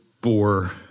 bore